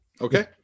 Okay